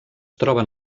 troben